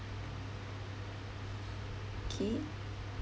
okay